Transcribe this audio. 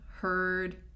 heard